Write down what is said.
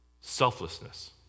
Selflessness